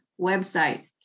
website